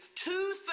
two